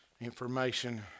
information